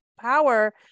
power